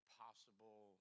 possible